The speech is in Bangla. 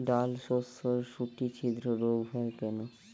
ডালশস্যর শুটি ছিদ্র রোগ হয় কেন?